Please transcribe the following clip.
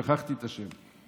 שכחתי את השם,